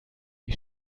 wie